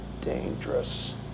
dangerous